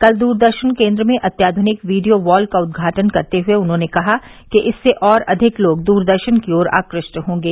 कल दूरदर्शन केन्द्र में अत्याधनिक वीडियो वॉल का उद्घाटन करते हुए उन्होंने कहा कि इससे और अधिक लोग दूरदर्शन की ओर आक्रष्ट होंगे